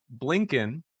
Blinken